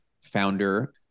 founder